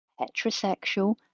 heterosexual